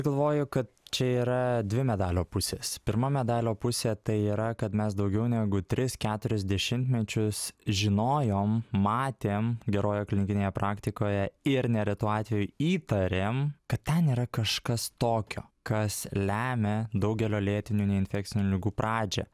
galvoju kad čia yra dvi medalio pusės pirma medalio pusė tai yra kad mes daugiau negu tris keturis dešimtmečius žinojom matėm gerojoj klinikinėje praktikoje ir neretu atveju įtarėm kad ten yra kažkas tokio kas lemia daugelio lėtinių neinfekcinių ligų pradžią